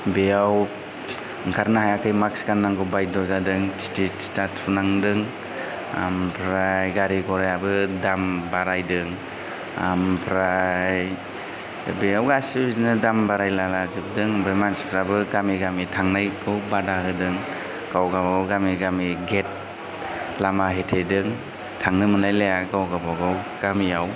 बेयाव ओंखारनो हायाखै मास्क गाननांगौ बायद' जादों थिटि थिटा थुनांदों आमफ्राय गारि गरायाबो दाम बारायदों आमफ्राय बेयाव गासिबो बिदिनो दाम बारायललालाजोबदों आमफ्राय मानसिफ्राबो गामि गामि थांनायखौ बादा होदों गावगाबागाव गामि गामि गेट लामा होथेदों थांनो मोनलायलाया गावगाबागाव गामियाव